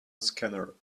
scanner